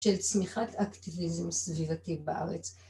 של צמיחת אקטיביזם סביבתי בארץ.